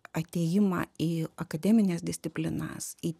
atėjimą į akademines disciplinas į